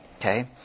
Okay